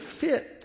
fit